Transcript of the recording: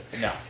No